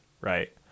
right